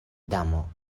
damo